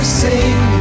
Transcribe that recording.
sing